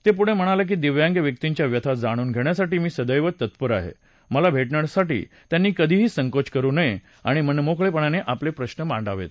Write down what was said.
ते पुढे म्हणाले की दिव्यांग व्यक्तींच्या व्यथा जाणून घेण्यासाठी मी सदैव तत्पर आहे मला भे ण्यासाठी त्यांनी कधीही संकोच करू नये आणि मोकळेपणानं आपले प्रश्न मांडावेत